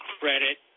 credit